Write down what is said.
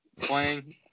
playing